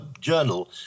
journal